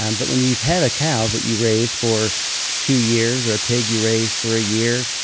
and but when you have a cow that you raised for two years, or a pig you raised for a year,